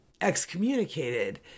excommunicated